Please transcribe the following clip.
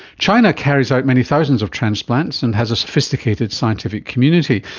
china carries out many thousands of transplants and has a sophisticated scientific community,